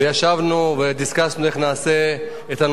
וישבנו ודסקסנו איך נעשה את זה,